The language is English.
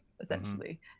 essentially